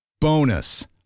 Bonus